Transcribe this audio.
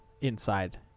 inside